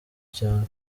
cyane